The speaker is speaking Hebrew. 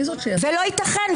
לא ייתכן.